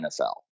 NFL